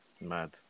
Mad